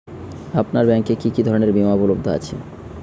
আপনার ব্যাঙ্ক এ কি কি ধরনের বিমা উপলব্ধ আছে?